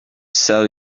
sell